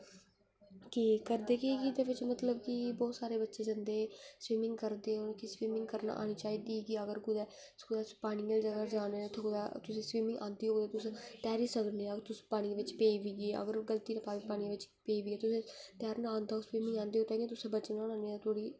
कि करदे केह् कि एह्दे बिच मतलब कि बहूत सारे बच्चे जंदे स्विमिंग करदे कि ओह् स्विमिंग करना आनी चाहिदी कि अगर कुदै पानी आह्ली जगह् जाने उत्थें कुदै तुसें गी स्विमिंग आंदी होग तुस तैरी सकने ओ अगर तुस पानियै बिच पेई बी गे अगर ओह् गलती कन्नै पानी बिच पेई बी गे तुस गी तैरना आंदा होग ते स्विमिंग आंदी होग ते तुसें बचन होना नेईं थुआढ़ी